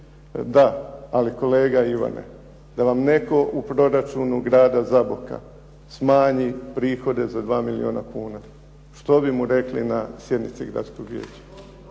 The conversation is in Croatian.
Da, ali kolega Ivane, da vam netko u proračunu grada Zaboka smanji prihode za dva milijuna kuna. Što bi mu rekli na sjednici gradskog vijeća?